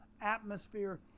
atmosphere